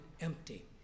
empty